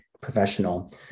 professional